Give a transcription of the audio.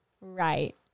Right